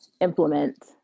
implement